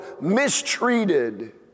mistreated